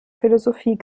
philosophie